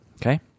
okay